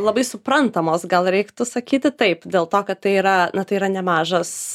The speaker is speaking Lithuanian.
labai suprantamos gal reiktų sakyti taip dėl to kad tai yra na tai yra nemažas